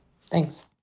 Thanks